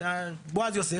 בועז יוסף,